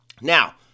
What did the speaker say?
Now